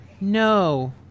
No